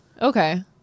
Okay